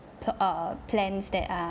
p~ err plans that are